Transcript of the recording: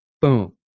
boom